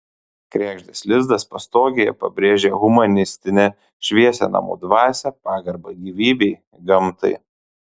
kregždės lizdas pastogėje pabrėžia humanistinę šviesią namų dvasią pagarbą gyvybei gamtai